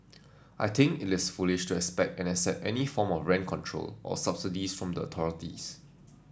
I think it is foolish to expect and accept any form of rent control or subsidies from the authorities